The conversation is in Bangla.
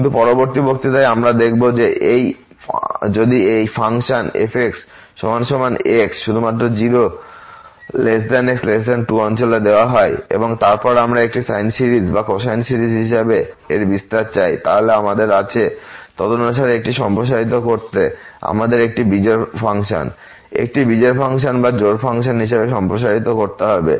কিন্তু পরবর্তী বক্তৃতায় আমরা দেখব যে যদি একই ফাংশন fx x শুধুমাত্র 0 x 2 অঞ্চলে দেওয়া হয় এবং তারপর আমরা একটি সাইন সিরিজ বা কোসাইন সিরিজ হিসাবে এর বিস্তার চাই তাহলে আমাদের আছে তদনুসারে এটি সম্প্রসারিত করতে আমাদের এটি একটি বিজোড় ফাংশন একটি বিজোড় ফাংশন বা জোড় ফাংশন হিসাবে প্রসারিত করতে হবে